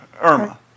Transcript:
Irma